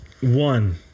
one